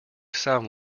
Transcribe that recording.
sound